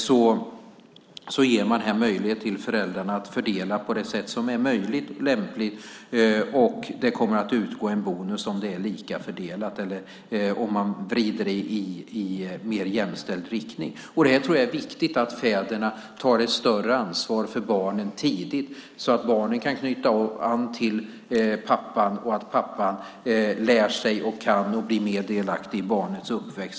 Bonusen ger föräldrarna möjlighet att fördela dessa på det sätt som är lämpligt, och det kommer att utgå en bonus om det är lika fördelat eller om man vrider det i en mer jämställd riktning. Jag tror att det är viktigt att fäderna tar ett större ansvar för barnen tidigt så att barnen kan knyta an till pappan och att pappan kan bli mer delaktig i barnets uppväxt.